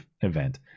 event